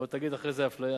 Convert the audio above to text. ועוד תגיד אחרי זה: אפליה.